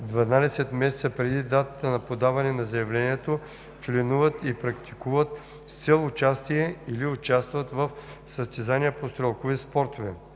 12 месеца преди датата на подаване на заявлението, членуват и практикуват с цел участие или участват в състезания по стрелкови спортове;